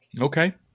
okay